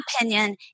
opinion